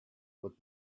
what